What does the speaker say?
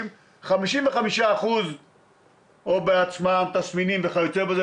55% או בעצמם, תסמינים וכיוצא באלה.